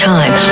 Time